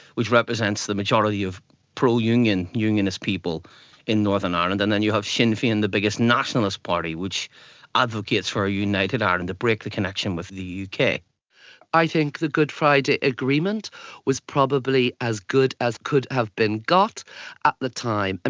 which represents the majority of pro-union unionist people in northern ireland, and then you have sinn fein, the biggest nationalist party which advocates for a united ireland to break the connection with the uk. i think the good friday agreement was probably as good as could have been got at the time. and